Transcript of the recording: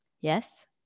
yes